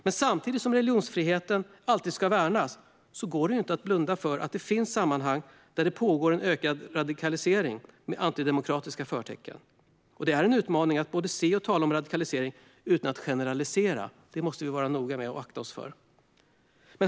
Men samtidigt som religionsfriheten alltid ska värnas går det inte att blunda för att det finns sammanhang där det pågår en ökad radikalisering med antidemokratiska förtecken. Det är en utmaning att se och tala om radikalisering utan att generalisera; det måste vi vara noga med och akta oss för.